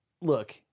Look